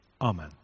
Amen